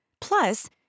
Plus